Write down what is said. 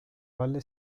valle